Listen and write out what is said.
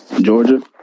Georgia